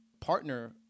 partner